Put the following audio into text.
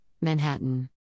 Manhattan